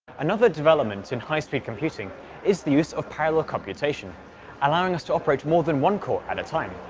another development in high-speed computing is the use of parallel computation allowing us to operate more than one core at a time.